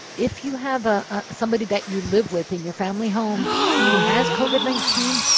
if you have ah ah somebody that you live with in your family home who has covid nineteen,